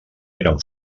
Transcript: eren